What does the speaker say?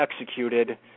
executed